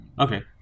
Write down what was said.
Okay